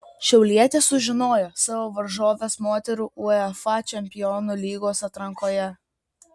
šiaulietės sužinojo savo varžoves moterų uefa čempionų lygos atrankoje